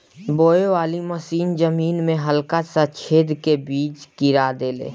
बोवे वाली मशीन जमीन में हल्का सा छेद क के बीज गिरा देले